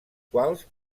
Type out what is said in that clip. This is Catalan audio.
quals